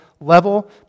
level